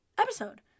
episode